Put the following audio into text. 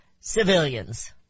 civilians